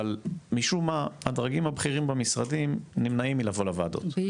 אבל משום מה הדרגים הבכירים במשרדים נמנעים מלבוא לוועדות,